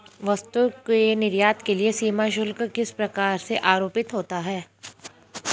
वस्तु के निर्यात के लिए सीमा शुल्क किस प्रकार से आरोपित होता है?